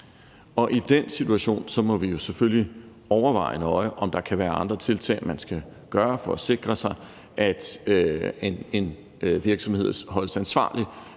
I den situation må vi selvfølgelig overveje nøje, om der kan være andre tiltag, man skal gøre for at sikre sig, at en virksomhed holdes ansvarlig